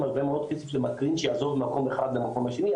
הרבה מאוד כסף למקרין שיחזור ממקום אחד למקום השני,